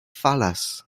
falas